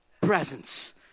presence